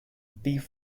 beef